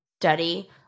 study